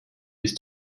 bis